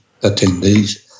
attendees